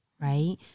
right